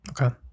Okay